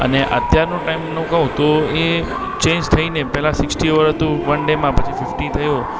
અને અત્યારનું ટાઇમનું કહું તો એ ચેન્જ થઇને પહેલાં સિક્સટી ઓવર હતું વન ડેમાં પછી ફિફ્ટી થયું